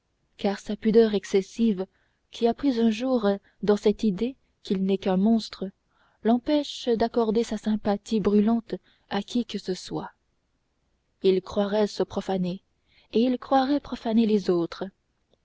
car sa pudeur excessive qui a pris jour dans cette idée qu'il n'est qu'un monstre l'empêche d'accorder sa sympathie brûlante à qui que ce soit il croirait se profaner et il croirait profaner les autres